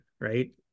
Right